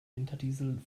winterdiesel